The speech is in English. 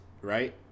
right